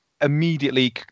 immediately